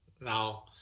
Now